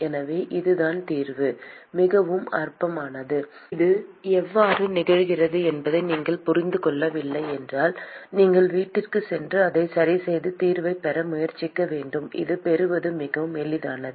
எனவே அதுதான் தீர்வு மிகவும் அற்பமானது இது எவ்வாறு நிகழ்கிறது என்பதை நீங்கள் புரிந்து கொள்ளவில்லை என்றால் நீங்கள் வீட்டிற்குச் சென்று அதைச் சரிசெய்து தீர்வைப் பெற முயற்சிக்க வேண்டும் இதைப் பெறுவது மிகவும் எளிதானது